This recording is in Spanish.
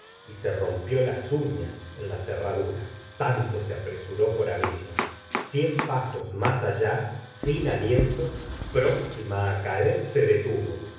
y se rompió las ufías en la cerradura tanto se apresuró por abrirla cien pasos más allá sin aliento próxima á caer se detuvo